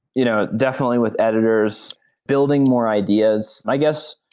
you know definitely with editors building more ideas. i guess,